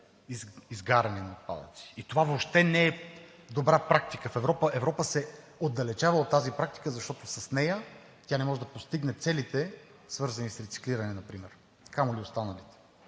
изгаряне на отпадъци, и това въобще не е добра практика в Европа. Европа се отдалечава от тази практика, защото с нея тя не може да постигне целите, свързани например с рециклиране, камо ли останалите.